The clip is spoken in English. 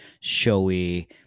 showy